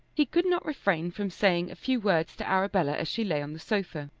he could not refrain from saying a few words to arabella as she lay on the sofa.